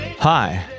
Hi